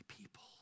people